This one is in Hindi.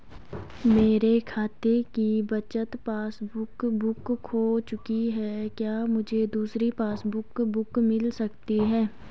मेरे खाते की बचत पासबुक बुक खो चुकी है क्या मुझे दूसरी पासबुक बुक मिल सकती है?